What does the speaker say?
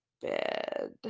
bed